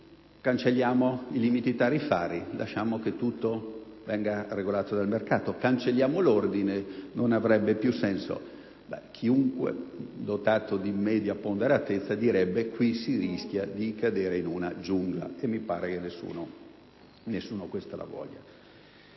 cancelliamo anche i limiti tariffari e lasciamo che tutto venga regolato dal mercato; cancelliamo anche l'Ordine, perché non avrebbe più senso. Chiunque, dotato di media ponderazione, direbbe che qui si rischia di cadere in una giungla, e mi sembra che nessuno lo voglia.